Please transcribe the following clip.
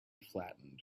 flattened